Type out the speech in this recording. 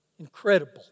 Incredible